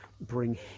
bring